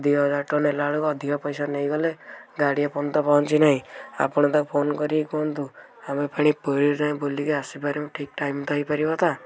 ଦୁଇ ହଜାର ଟଙ୍କା ନେଲାବେଳକୁ ଅଧିକା ପଇସା ନେଇଗଲେ ଗାଡ଼ି ଏ ପର୍ଯ୍ୟନ୍ତ ପହଞ୍ଚି ନାହିଁ ଆପଣ ତାକୁ ଫୋନ୍ କରିକି କୁହନ୍ତୁ ଆମେ ଫୁଣି ପୁରୀରୁ ଯାଇ ବୁଲିକି ଆସି ପାରିବୁ ଠିକ୍ ଟାଇମ୍ ତ ହେଇପାରିବ ତ